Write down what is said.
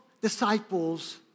disciples